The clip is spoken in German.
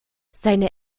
seine